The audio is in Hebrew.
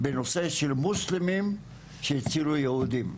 בנושא של מוסלמים שהצילו יהודים,